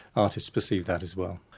artists perceive that as well.